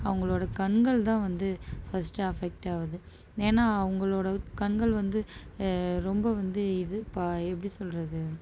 அவங்களோட கண்கள் தான் வந்து ஃபர்ஸ்ட் அஃபெக்ட் ஆவுது ஏன்னா அவங்களோட கண்கள் வந்து ரொம்ப வந்து இது ப எப்படி சொல்லுறது